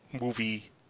movie